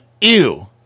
ew